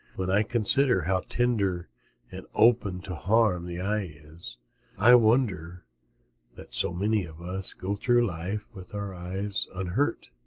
when i consider how tender and open to harm the eye is i wonder that so many of us go through life with our eyes unhurt.